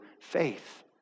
faith